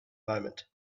moment